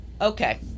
okay